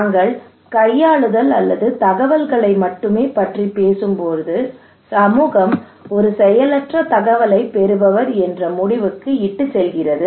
நாங்கள் கையாளுதல் அல்லது தகவல்களை மட்டுமே பற்றி பேசும்போது சமூகம் ஒரு செயலற்ற தகவலைப் பெறுபவர் என்ற முடிவுக்கு இட்டுச் செல்கிறது